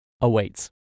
awaits